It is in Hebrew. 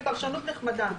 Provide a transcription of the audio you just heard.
היא פרשנות נחמדה.